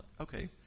Okay